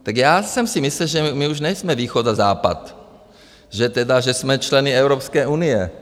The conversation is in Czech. Tak já jsem si myslel, že my už nejsme východ a západ, že jsme členy Evropské unie.